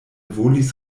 volis